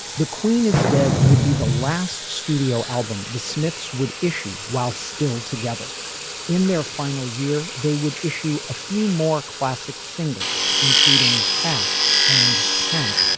the queen is dead would be the last studio album the smiths would issue. while still together in their final year they would issue a few more classic singles including ask and panic